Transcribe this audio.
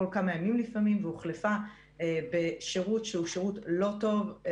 כל כמה ימים לפעמים והוחלפה בשירות שהוא שירות לא טוב,